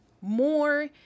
more